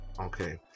Okay